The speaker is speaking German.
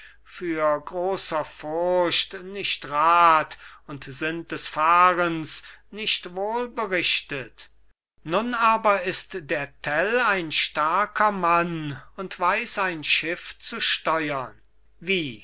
für grosser furcht nicht rat und sind des fahrens nicht wohlberichtet nun aber ist der tell ein starker mann und weiss ein schiff zu steuern wie